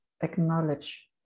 acknowledge